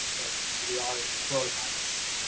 like but we are in coronavirus.